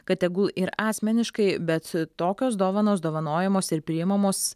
kad tegul ir asmeniškai bet tokios dovanos dovanojamos ir priimamos